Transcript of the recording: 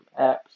apps